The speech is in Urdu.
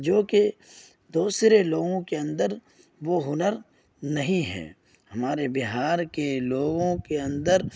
جوکہ دوسرے لوگوں کے اندر وہ ہنر نہیں ہیں ہمارے بہار کے لوگوں کے اندر